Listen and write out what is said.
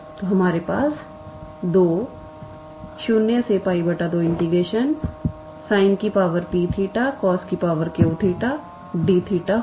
तो हमारे पास 2 0𝜋 2 𝑠𝑖𝑛𝑝𝜃𝑐𝑜𝑠𝑞𝜃𝑑𝜃 होगा